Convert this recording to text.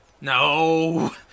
No